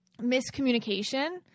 Miscommunication